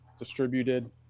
distributed